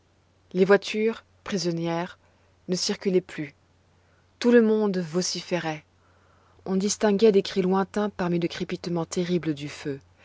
les voitures prisonnières ne circulaient plus tout le monde vociférait on distinguait des cris lointains parmi le crépitement terrible du feu